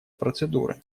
процедуры